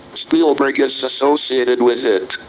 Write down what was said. spielberg is associated with it,